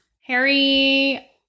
Harry